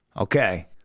Okay